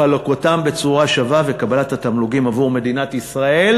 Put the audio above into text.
חלוקתם בצורה שווה וקבלת התמלוגים עבור מדינת ישראל,